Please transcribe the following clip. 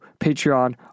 Patreon